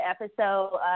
episode